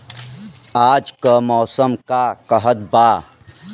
आज क मौसम का कहत बा?